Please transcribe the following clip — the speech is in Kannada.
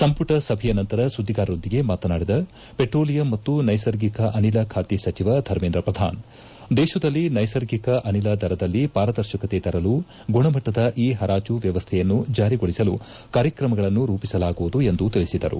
ಸಂಮಟ ಸಭೆಯ ನಂತರ ಸುದ್ದಿಗಾರರೊಂದಿಗೆ ಮಾತನಾಡಿದ ಪೆಟ್ರೋಲಿಯಂ ಮತ್ತು ನೈಸರ್ಗಿಕ ಅನಿಲ ಖಾತೆ ಸಚಿವ ಧರ್ಮೇಂದ್ರ ಪ್ರಧಾನ್ ದೇಶದಲ್ಲಿ ನೈಸರ್ಗಿಕ ಅನಿಲ ದರದಲ್ಲಿ ಪಾರದರ್ಶಕತೆ ತರಲು ಗುಣಮಟ್ಟದ ಇ ಪರಾಜು ವ್ಯವಸ್ಥೆಯನ್ನು ಜಾರಿಗೊಳಿಸಲು ಕಾರ್ಯಕ್ರಮಗಳನ್ನು ರೂಪಿಸಲಾಗುವುದು ಎಂದು ತಿಳಿಸಿದರು